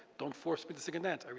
don't force me to sing and dance.